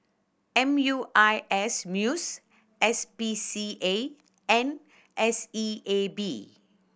M U I S Muiss P C A and S E A B